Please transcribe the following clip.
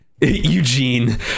eugene